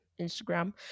Instagram